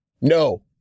No